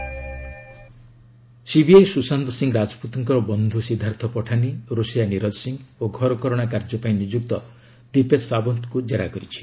CBI questioning CBI Sushant Singh ରାଜପୁତଙ୍କ ବନ୍ଧୁ ସିଦ୍ଧାର୍ଥ ପିଠାନି ରୋଷେୟା ନିରଜ ସିଂ ଓ ଘରକରଣା କାର୍ଯ୍ୟ ପାଇଁ ନିଯୁକ୍ତ ଦିପେଶ ସାଓ୍ୱନ୍ତଙ୍କୁ ଜେରା କରିଛି